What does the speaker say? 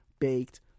Baked